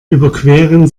überqueren